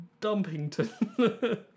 Dumpington